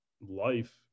life